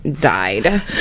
died